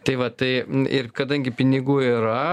tai va tai ir kadangi pinigų yra